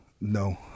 no